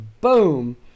boom